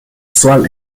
swirl